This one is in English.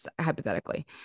hypothetically